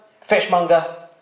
fishmonger